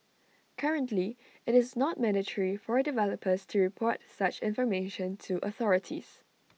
currently IT is not mandatory for developers to report such information to authorities